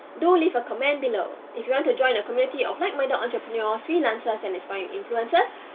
do leave a comment below. if you want to join a community of like-minded entrepreneurs, freelancers and aspiring influencers,